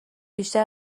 بیشتر